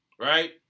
Right